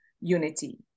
unity